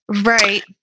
Right